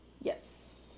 Yes